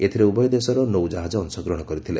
ଏଥିରେ ଉଭୟ ଦେଶର ନୌ ଜାହାଜ ଅଂଶଗ୍ରହଣ କରିଥିଲେ